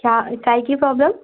क्या काहे की प्रॉब्लम